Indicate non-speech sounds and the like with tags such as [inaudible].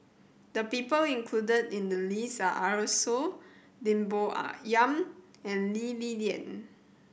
the people included in the list are Arasu Lim Bo [unintelligible] Yam and Lee Li Lian